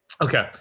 Okay